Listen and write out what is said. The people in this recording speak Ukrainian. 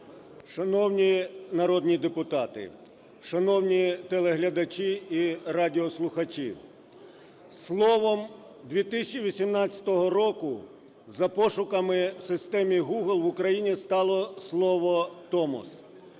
Шановні народні депутати, шановні глядачі і радіослухачі! Словом 2018 року за пошуками в системі Google в Україні стало слово "Томос".